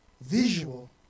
visual